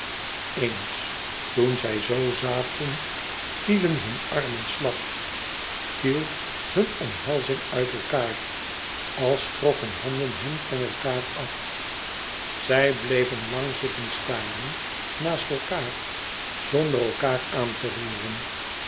eens toen zij zoo zaten vielen hun armen slap viel hun omhelzing uit elkaâr als trokken handen hen van elkaâr af zij bleven lang zitten staren naast elkaâr zonder elkaâr aan te roeren